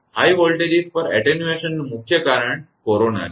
હવે ઉચ્ચ વોલ્ટેજ પર attenuation નું મુખ્ય કારણ કોરોના છે